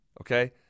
okay